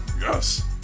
Yes